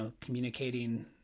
communicating